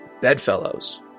bedfellows